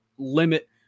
Limit